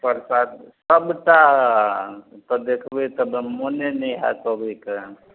प्रसाद सबटा तऽ देखबय तऽ एकदम मोने नहि हैत अबयके